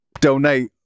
donate